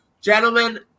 Gentlemen